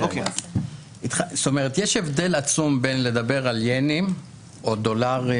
יש הבדל עצום בין לדבר על ין או דולרים,